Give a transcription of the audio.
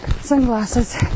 sunglasses